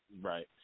right